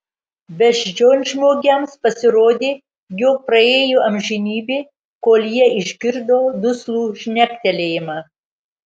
beždžionžmogiams pasirodė jog praėjo amžinybė kol jie išgirdo duslų žnektelėjimą